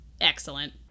excellent